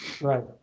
right